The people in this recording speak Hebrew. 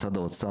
משרד האוצף,